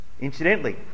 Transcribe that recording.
Incidentally